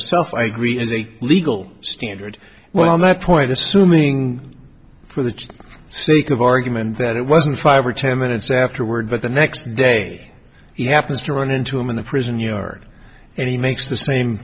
itself i agree as a legal standard well that point assuming for the sake of argument that it wasn't five or ten minutes afterward but the next day he happens to run into him in the prison yard and he makes the same